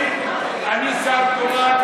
אני שר תורן,